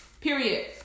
Period